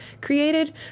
created